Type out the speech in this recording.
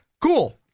cool